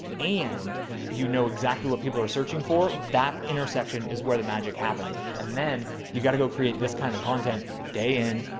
and you know exactly what people are searching for that intersection is where the magic happens. and then you got to go create this kind of content day in,